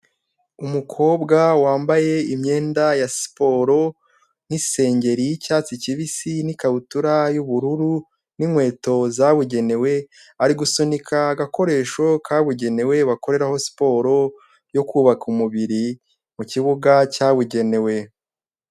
Umukobwa wambaye imyenda ya siporo nk'isengeri y'icyatsi kibisi n'ikabutura y'ubururu n'inkweto zabugenewe, ari gusunika agakoresho kabugenewe bakoreraho siporo yo kubaka umubiri, mu kibuga cyabugenewe.